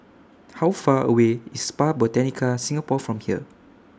How Far away IS Spa Botanica Singapore from here